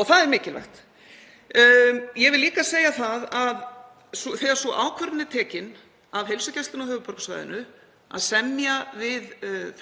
Það er mikilvægt. Ég vil líka segja það að þegar sú ákvörðun er tekin af heilsugæslunni á höfuðborgarsvæðinu að semja við